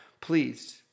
Please